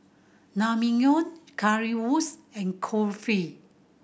Currywurst and Kulfi